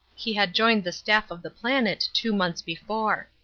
he had joined the staff of the planet two months before.